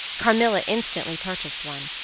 carmilla instantly purchased one,